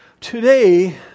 Today